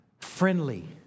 friendly